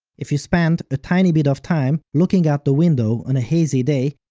if you spend a tiny bit of time looking out the window on a hazy day,